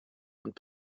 und